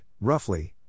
roughly